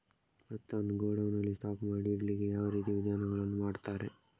ಭತ್ತವನ್ನು ಗೋಡೌನ್ ನಲ್ಲಿ ಸ್ಟಾಕ್ ಮಾಡಿ ಇಡ್ಲಿಕ್ಕೆ ಯಾವ ರೀತಿಯ ವಿಧಾನಗಳನ್ನು ಮಾಡ್ತಾರೆ?